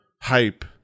hype